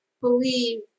believe